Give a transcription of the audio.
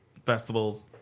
Festivals